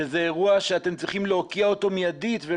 שזה אירוע שאתם צריכים להוקיע אותו מיידית.